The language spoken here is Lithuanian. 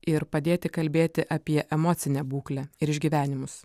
ir padėti kalbėti apie emocinę būklę ir išgyvenimus